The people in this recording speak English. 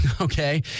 okay